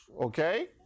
okay